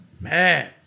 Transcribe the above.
man